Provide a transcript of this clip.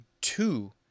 two